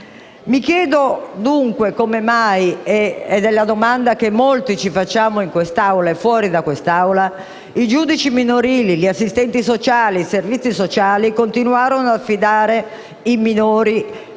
Mi chiedo dunque come mai - ed è la domanda che molti ci poniamo in quest'Aula e fuori - i giudici minorili, gli assistenti sociali e i servizi sociali continuavano ad affidare i minori